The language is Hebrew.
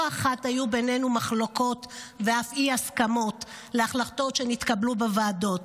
לא אחת היו בינינו מחלוקות ואף אי-הסכמות בהחלטות שנתקבלו בוועדות,